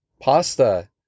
pasta